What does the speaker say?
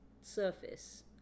surface